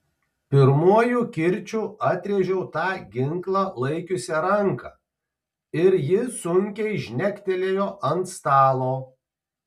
pirmuoju kirčiu atrėžiau tą ginklą laikiusią ranką ir ji sunkiai žnektelėjo ant stalo